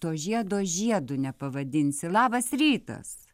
to žiedo žiedu nepavadinsi labas rytas